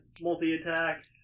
multi-attack